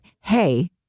hey